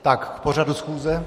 Tak k pořadu schůze...